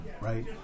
right